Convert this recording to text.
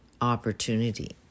opportunity